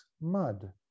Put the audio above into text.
mud